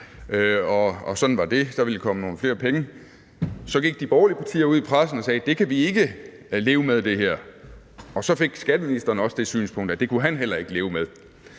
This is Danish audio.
Sådan var det, og der ville komme nogle flere penge. Så gik de borgerlige partier ud i pressen og sagde: Det her kan vi ikke leve med. Og så fik skatteministeren også det synspunkt, at det kunne han heller ikke leve med.